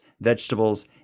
vegetables